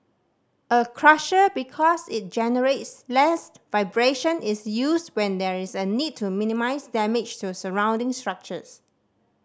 a crusher because it generates less vibration is used when there is a need to minimise damage to surrounding structures